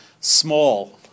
small